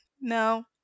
No